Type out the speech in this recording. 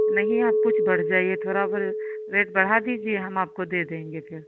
नहीं आप कुछ बढ़ जाईए थोड़ा बढ़ रेट बढ़ा दीजिए हम आपको दे देंगे फिर